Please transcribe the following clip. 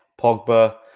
Pogba